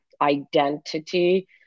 identity